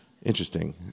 Interesting